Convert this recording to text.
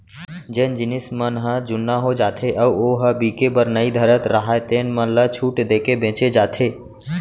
जेन जिनस मन ह जुन्ना हो जाथे अउ ओ ह बिके बर नइ धरत राहय तेन मन ल छूट देके बेचे जाथे